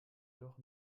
doch